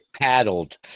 paddled